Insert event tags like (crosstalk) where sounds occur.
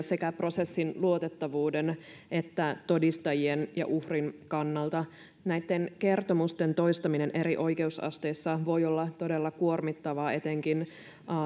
(unintelligible) sekä prosessin luotettavuuden että todistajien ja uhrin kannalta näitten kertomusten toistaminen eri oikeusasteissa voi olla todella kuormittavaa etenkin